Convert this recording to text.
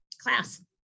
class